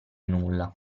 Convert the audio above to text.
nulla